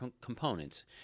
components